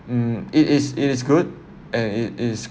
hmm it is it is good and it is